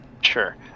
Sure